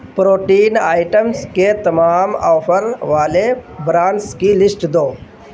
protein items کے تمام offer والے برانس کی لسٹ دو